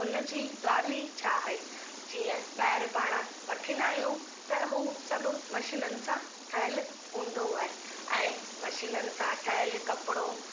हुनजी ॻाल्हि ई छा आहे जीअं ॿाहिरि पाणि वठींदा आहियूं त हू सभु मशीनुनि सां ठहियल हूंदो आहे ऐं मशीनुनि सां ठहियल कपिड़ो